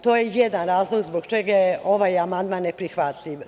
To je jedan razlog zbog čega je ovaj amandman neprihvatljiv.